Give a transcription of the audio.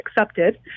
accepted